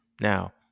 Now